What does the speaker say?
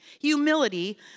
Humility